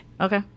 Okay